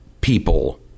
people